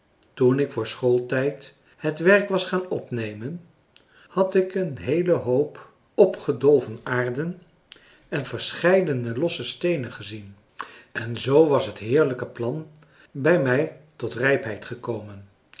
toen ik voor schooltijd het werk was gaan opnemen had ik een heelen hoop opgedolven aarde en verscheiden losse steenen gezien en zoo was het heerlijke plan bij mij tot rijpheid gekomen